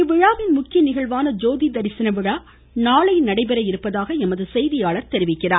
இவ்விழாவின் முக்கிய நிகழ்வான ஜோதி தரிசன விழா நாளைகாலை நடைபெற இருப்பதாக எமது செய்தியாளர் தெரிவிக்கிறார்